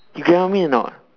you get what I mean or not